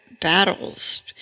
battles